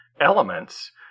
elements